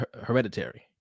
hereditary